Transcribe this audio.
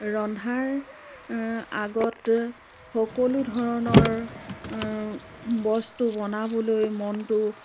ৰন্ধাৰ আগত সকলো ধৰণৰ বস্তু বনাবলৈ মনটো